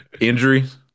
Injuries